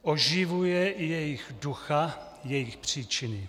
Oživuje i jejich ducha, jejich příčiny.